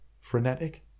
frenetic